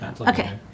Okay